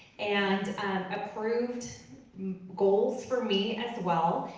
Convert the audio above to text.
and approved goals for me as well,